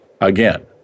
Again